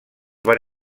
van